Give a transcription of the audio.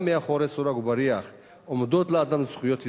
גם מאחורי סורג ובריח עומדות לאדם זכויות יסוד,